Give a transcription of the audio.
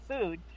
food